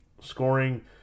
scoring